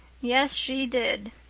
yes, she did,